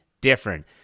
different